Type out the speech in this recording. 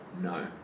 No